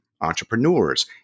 entrepreneurs